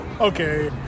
Okay